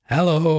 Hello